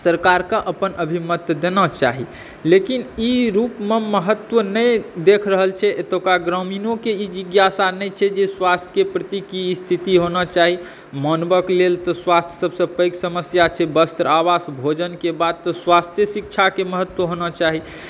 सरकारक अपन अभिमत देना चाही लेकिन ई रूपमे हम महत्व नहि देख रहल छै एतुका ग्रामीणो के ई जिज्ञासा नहि छै जे स्वास्थ्यके प्रति की स्थिति होना चाही मानवक लेल तऽ स्वास्थ्य सभसे पैघ समस्या छै वस्त्र आवास भोजनके बाद तऽ स्वास्थ्ये शिक्षाके महत्व होना चाही